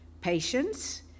patience